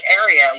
area